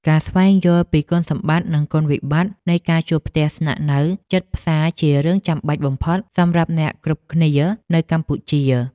ការស្វែងយល់ពីគុណសម្បត្តិនិងគុណវិបត្តិនៃការជួលផ្ទះស្នាក់នៅជិតផ្សារជារឿងចាំបាច់បំផុតសម្រាប់អ្នកគ្រប់គ្នានៅកម្ពុជា។